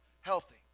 healthy